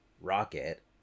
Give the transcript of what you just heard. rocket